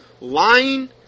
lying